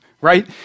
right